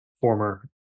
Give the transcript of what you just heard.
former